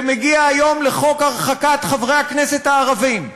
זה מגיע היום לחוק הרחקת חברי הכנסת הערבים.